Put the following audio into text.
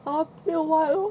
ah 不用 lah